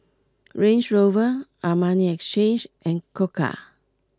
Range Rover Armani Exchange and Koka